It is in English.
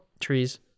trees